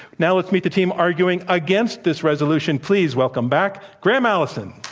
now let's meet the team arguing against this resolution. please welcome back graham allison.